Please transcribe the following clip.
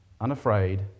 unafraid